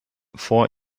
vor